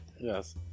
Yes